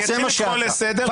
אני אתחיל לקרוא לסדר,